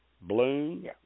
Bloom